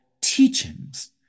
teachings